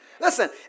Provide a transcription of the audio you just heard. Listen